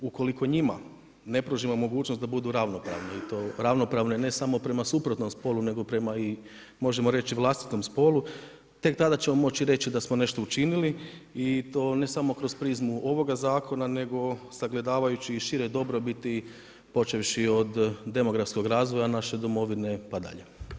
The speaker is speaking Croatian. Ukoliko njima ne pružimo mogućnost da budu ravnopravne i to ravnopravne ne samo prema suprotnom spolu nego prema i možemo reći i vlastitom spolu, tek tada ćemo moći reći da smo nešto i učinili i to ne samo kroz prizmu ovoga zakona nego sagledavajući i šire dobrobiti počevši od demografskog razvoja naše domovine pa dalje.